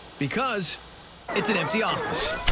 because it's an empty office.